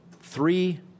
three